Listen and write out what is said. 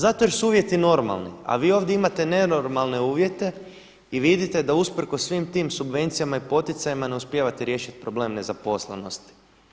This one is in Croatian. Zato jer su uvjeti normalni, a vi ovdje imate nenormalne uvjete i vidite da usprkos svim tim subvencijama i poticajima ne uspijevate riješiti problem nezaposlenosti.